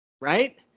Right